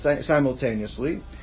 simultaneously